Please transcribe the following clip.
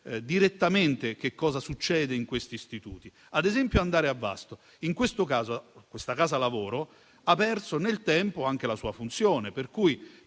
direttamente che cosa succede in quegli istituti, ad esempio a Vasto: questa casa lavoro ha perso nel tempo anche la sua funzione, per cui